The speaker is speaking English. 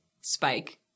Spike